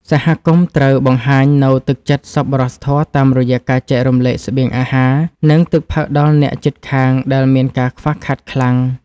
សហគមន៍ត្រូវបង្ហាញនូវទឹកចិត្តសប្បុរសធម៌តាមរយៈការចែករំលែកស្បៀងអាហារ និងទឹកផឹកដល់អ្នកជិតខាងដែលមានការខ្វះខាតខ្លាំង។